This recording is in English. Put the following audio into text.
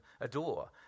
adore